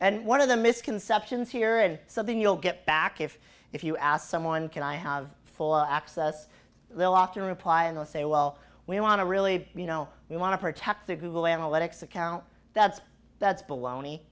and one of the misconceptions here and something you'll get back if if you ask someone can i have full access they'll often reply and they'll say well we want to really you know we want to protect the google analytics account that's that's